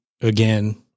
Again